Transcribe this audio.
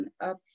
up